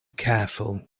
careful